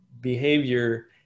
behavior